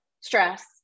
stress